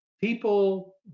people